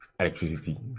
electricity